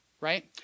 right